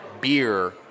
beer